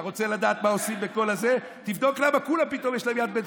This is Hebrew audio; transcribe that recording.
אתה רוצה לדעת מה עושים עם כל זה תבדוק למה לכולם פתאום יש יד בן-צבי,